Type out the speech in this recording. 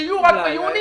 שיהיו רק ביוני,